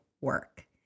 work